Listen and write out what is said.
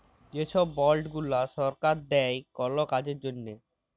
যে ছব বল্ড গুলা সরকার দেই কল কাজের জ্যনহে